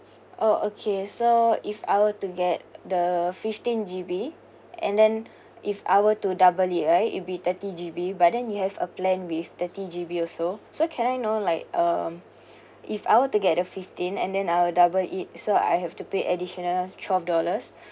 oh okay so if I were to get the fifteen G_B and then if I were to double it right it'll be thirty G_B but then you have a plan with thirty G_B also so can I know like um if I were to get the fifteen and then I'll double it so I have to pay additional twelve dollars